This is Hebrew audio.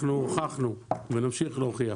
אנחנו הוכחנו ונמשיך להוכיח